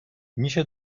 میشه